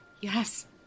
Yes